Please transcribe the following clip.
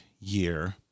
year